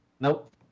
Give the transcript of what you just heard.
Nope